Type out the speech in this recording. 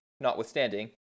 notwithstanding